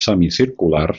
semicirculars